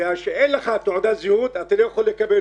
וכשאין לך תעודת זהות אתה לא יכול לקבל,